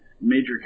major